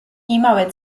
იმავე